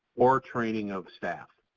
or training of staff.